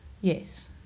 Yes